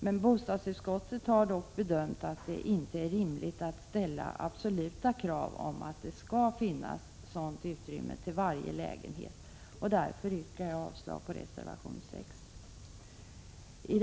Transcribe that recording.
Men bostadsutskottet har bedömt att det inte är rimligt att ställa absoluta krav på att sådana utrymmen skall finnas till varje lägenhet, och därför yrkar jag avslag på reservation 6.